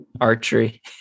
archery